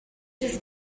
his